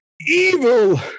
evil